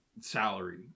salary